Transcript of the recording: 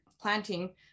planting